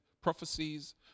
prophecies